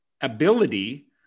ability